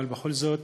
אבל בכל זאת